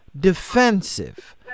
defensive